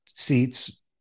seats